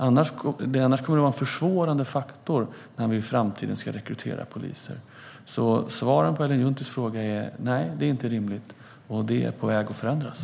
Annars kommer det att vara en försvårande faktor när vi i framtiden ska rekrytera poliser. Svaret på Ellen Junttis fråga är alltså: Nej, det är inte rimligt, och det är på väg att förändras.